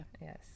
Yes